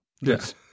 Yes